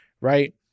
right